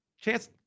Chance